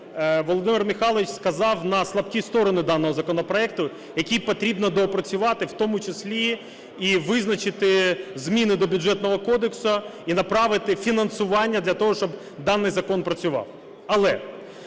Володимир Михайлович вказав на слабкі сторони даного законопроекту, який потрібно доопрацювати, в тому числі і визначити зміни до Бюджетного кодексу, і направити фінансування для того, щоб даний закон працював.